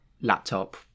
laptop